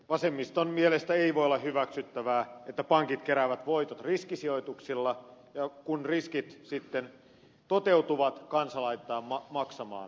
vasemmiston mielestä ei voi olla hyväksyttävää että pankit keräävät voitot riskisijoituksilla ja kun riskit sitten toteutuvat kansa laitetaan maksamaan